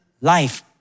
life